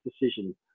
decision